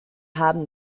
haben